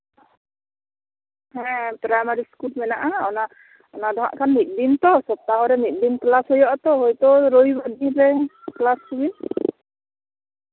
primary school ᱫᱚ ᱦᱟᱜ ᱢᱮᱱᱟᱜᱼᱟ ᱚᱱᱟ ᱫᱚ ᱦᱟᱜ ᱢᱤᱫ ᱫᱤᱱ ᱛᱚ ᱥᱚᱯᱛᱟᱦᱚᱨᱮ ᱢᱤᱫ ᱫᱤᱱ ᱠᱮᱞᱟᱥ ᱦᱩᱭᱩᱜ ᱟᱛᱚ ᱦᱚᱭᱛᱳ ᱨᱚᱵᱤᱵᱟᱨ ᱨᱮ ᱠᱮᱟᱥ ᱠᱚᱵᱤᱱ